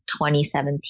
2017